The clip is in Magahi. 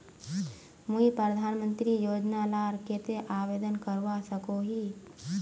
मुई प्रधानमंत्री योजना लार केते आवेदन करवा सकोहो ही?